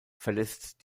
verlässt